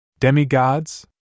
Demi-gods